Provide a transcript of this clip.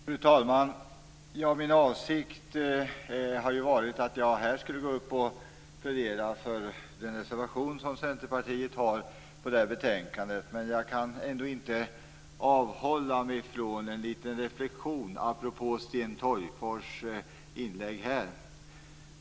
Fru talman! Min avsikt var att jag här skulle gå upp och plädera för den reservation Centerpartiet har i det här betänkandet. Men jag kan ändå inte avhålla mig från en liten reflexion apropå Sten Tolgfors inlägg.